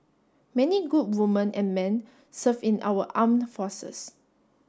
many good women and men serve in our armed forces